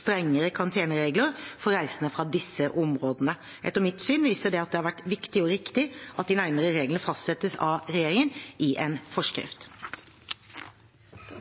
strengere karanteneregler for reisende fra disse områdene. Etter mitt syn viser dette at det har vært viktig og riktig at de nærmere reglene fastsettes av regjeringen i en forskrift.